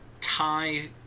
Thai